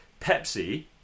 Pepsi